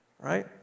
right